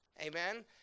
Amen